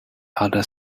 outer